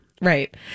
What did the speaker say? right